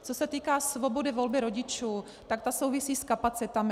Co se týká svobody volby rodičů, tak ta souvisí s kapacitami.